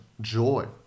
joy